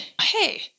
Hey